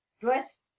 dressed